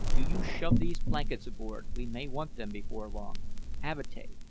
do you shove these blankets aboard we may want them before long avatea,